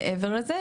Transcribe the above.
מעבר לזה,